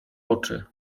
oczy